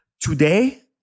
Today